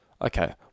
Okay